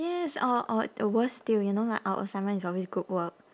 yes or or the worse still you know like our assignment is always group work